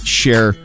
share